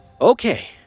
Okay